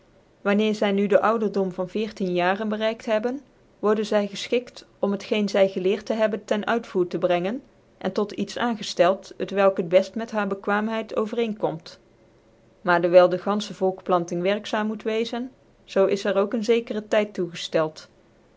wanneer zy nu den ouderdom van veertien jaren bereikt hebhen worden zy gefchikt om het gecne zy geleerd hebben ter uitvoer te brengen cn tot iets aangcftcld t welk het beft met haar bekwaamheid over ccn komt maar dcwyl dc ganfche volkplanting werkzaam moet weczen zoo is er ook ccn zekere tyd toe